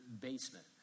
basement